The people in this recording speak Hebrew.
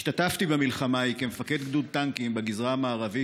השתתפתי במלחמה ההיא כמפקד גדוד טנקים בגזרה המערבית,